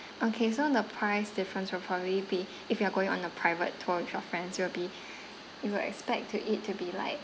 okay so the price difference will probably be if you are going on a private tour with your friends it will be you will expect to it to be like